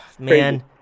Man